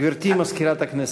גברתי מזכירת הכנסת.